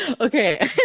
okay